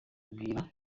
ubwira